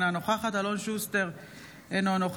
אינה נוכחת יפעת שאשא ביטון,